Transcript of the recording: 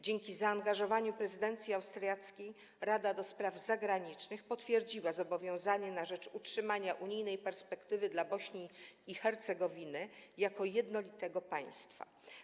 Dzięki zaangażowaniu prezydencji austriackiej Rada ds. Zagranicznych potwierdziła zobowiązanie na rzecz utrzymania unijnej perspektywy dla Bośni i Hercegowiny jako jednolitego państwa.